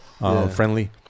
Friendly